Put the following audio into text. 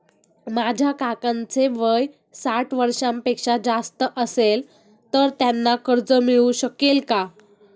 माझ्या काकांचे वय साठ वर्षांपेक्षा जास्त असेल तर त्यांना कर्ज मिळू शकेल का?